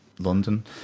london